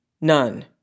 None